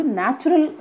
natural